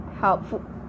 helpful